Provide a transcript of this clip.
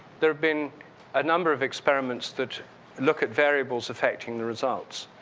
there've been a number of experiments that look at variables affecting the results.